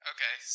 Okay